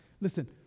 Listen